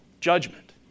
judgment